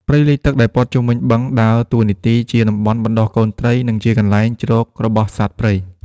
ព្រៃលិចទឹកដែលព័ទ្ធជុំវិញបឹងដើរតួនាទីជាតំបន់បណ្តុះកូនត្រី និងជាកន្លែងជ្រករបស់សត្វព្រៃ។